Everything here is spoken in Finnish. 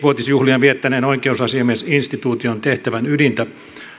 vuotisjuhliaan viettäneen oikeusasiamiesinstituution tehtävän ydintä